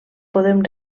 podem